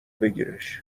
بگیرش